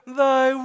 thy